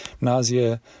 nausea